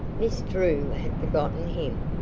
miss drew had forgotten him,